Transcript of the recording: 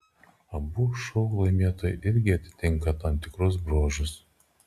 abu šou laimėtojai irgi atitinka tam tikrus bruožus